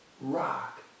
rock